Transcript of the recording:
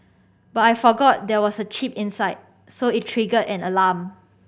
but I forgot there was a chip inside so it triggered an alarm